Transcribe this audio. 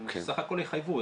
בסך הכל שיחייבו,